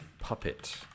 puppet